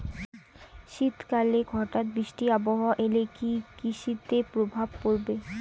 শীত কালে হঠাৎ বৃষ্টি আবহাওয়া এলে কি কৃষি তে প্রভাব পড়বে?